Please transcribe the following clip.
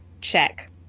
check